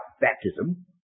baptism